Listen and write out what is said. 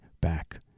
back